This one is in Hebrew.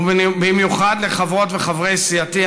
ובמיוחד לחברות וחברי סיעתי,